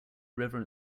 river